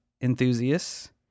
enthusiasts